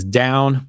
down